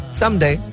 someday